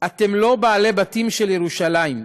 אתם לא בעלי בתים של ירושלים.